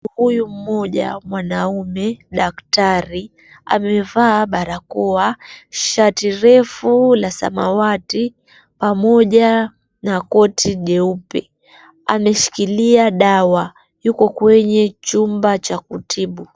Huyu mmoja, mwanaume, daktari amevaa barakoa shati refu la samawati, pamoja na koti jeupe. Ameshikilia dawa ,yuko kwenye chumba cha kutibu.